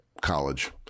college